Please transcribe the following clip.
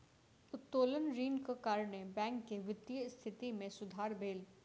उत्तोलन ऋणक कारणेँ बैंक के वित्तीय स्थिति मे सुधार भेल